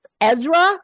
Ezra